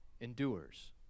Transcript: Endures